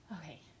Okay